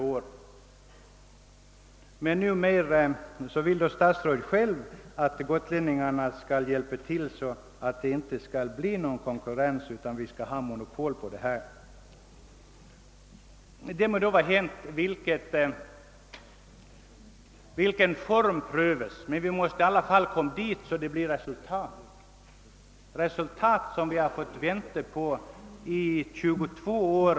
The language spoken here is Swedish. Nu vill emellertid statsrådet, att gotlänningarna skall medverka till att avskaffa konkurrensen och i stället upprätta ett monopol på sjötrafiken till Gotland även i framtiden. Oavsett vilken form som prövas måste det dock någon gång bli ett resultat. Vi har fått vänta på detta i 22 år.